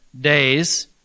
days